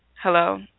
Hello